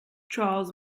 trials